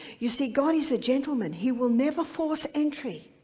you see, god is a gentleman he will never force entry.